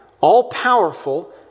all-powerful